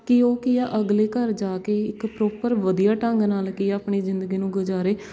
ਕੀ ਉਹ ਕੀ ਹੈ ਅਗਲੇ ਘਰ ਜਾ ਕੇ ਇੱਕ ਪਰੋਪਰ ਵਧੀਆ ਢੰਗ ਨਾਲ਼ ਕੀ ਆ ਆਪਣੀ ਜ਼ਿੰਦਗੀ ਨੂੰ ਗੁਜ਼ਾਰੇ